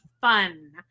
fun